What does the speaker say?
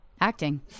Acting